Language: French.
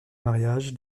mariages